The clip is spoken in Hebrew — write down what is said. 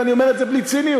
ואני אומר את זה בלי ציניות,